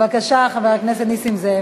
בבקשה, חבר הכנסת נסים זאב.